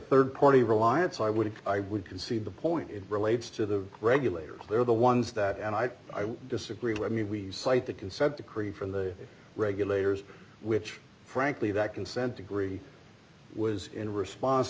rd party reliance i would i would concede the point it relates to the regulator clear the ones that and i disagree with you we cite the consent decree from the regulators which frankly that consent degree was in response